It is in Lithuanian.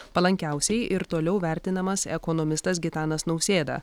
palankiausiai ir toliau vertinamas ekonomistas gitanas nausėda